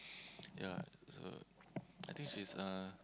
yeah so I think she's uh